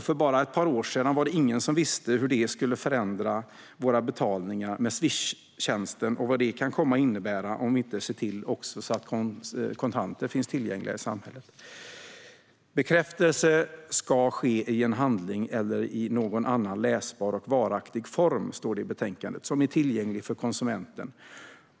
För bara ett par år sedan var det ingen som visste hur det skulle förändra våra betalningar med Swishtjänsten och vad det kan komma att innebära, om inte vi ser till att kontanter också finns tillgängliga i samhället. Bekräftelse ska ske "i en handling eller i någon annan läsbar och varaktig form som är tillgänglig för konsumenten", står det i betänkandet.